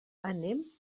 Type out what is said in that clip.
anem